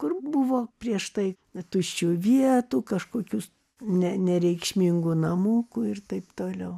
kur buvo prieš tai tuščių vietų kažkokius ne nereikšmingų namukų ir taip toliau